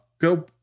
Go